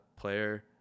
player